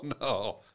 no